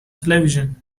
television